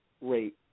rate